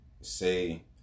say